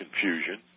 confusion